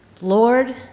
Lord